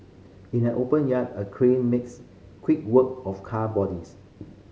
in an open yard a crane makes quick work of car bodies